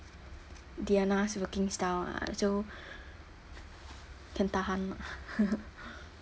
diana's working style ah so can tahan ah